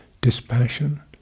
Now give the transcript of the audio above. dispassion